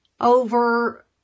over